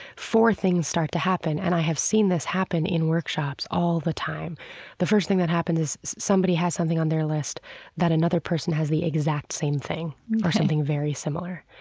four things start to happen, and i have seen this happen in workshops all the time the first thing that happened is somebody has something on their list that another person has the exact same thing or something very similar.